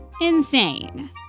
insane